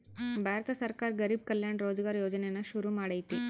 ಭಾರತ ಸರ್ಕಾರ ಗರಿಬ್ ಕಲ್ಯಾಣ ರೋಜ್ಗರ್ ಯೋಜನೆನ ಶುರು ಮಾಡೈತೀ